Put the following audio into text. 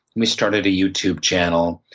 we started a youtube channel.